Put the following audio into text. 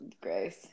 Gross